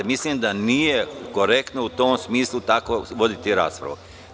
Mislim da nije korektno, u tom smislu, tako voditi raspravu.